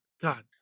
God